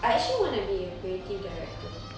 I actually want to be a creative director